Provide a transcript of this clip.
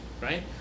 right